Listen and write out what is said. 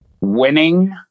winning